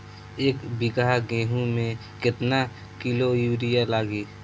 एक बीगहा गेहूं में केतना किलो युरिया लागी?